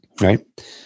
Right